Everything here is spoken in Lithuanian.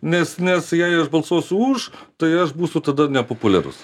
nes nes jei aš balsuosiu už tai aš būsiu tada nepopuliarus